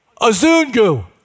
Azungu